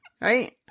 right